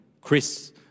Chris